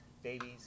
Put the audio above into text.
babies